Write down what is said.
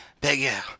beggar